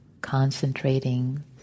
concentrating